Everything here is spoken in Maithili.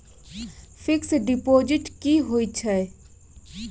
फिक्स्ड डिपोजिट की होय छै?